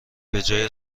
بجای